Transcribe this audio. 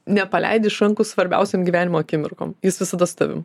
nepaleidi iš rankų svarbiausiom gyvenimo akimirkom jis visada stovi